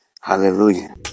Hallelujah